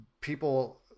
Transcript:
people